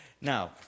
Now